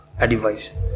advice